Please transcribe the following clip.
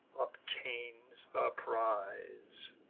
obtains the prize.